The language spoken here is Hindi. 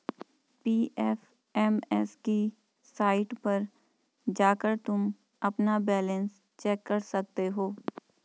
पी.एफ.एम.एस की साईट पर जाकर तुम अपना बैलन्स चेक कर सकते हो